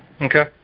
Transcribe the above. Okay